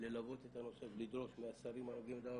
ללוות את הנושא ולדרוש מהשרים הנוגעים בדבר,